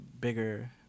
bigger